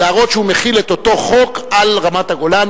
להראות שהוא מחיל את אותו חוק על רמת-הגולן.